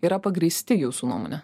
yra pagrįsti jūsų nuomone